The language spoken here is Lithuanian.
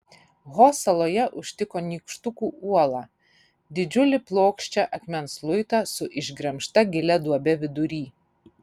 ho saloje užtiko nykštukų uolą didžiulį plokščią akmens luitą su išgremžta gilia duobe vidury